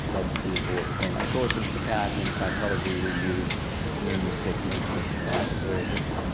that's the important thing. and of course in psychiatry and psychology we use numerous techniques of psychotherapies.